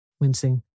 wincing